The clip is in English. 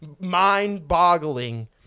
mind-boggling